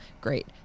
Great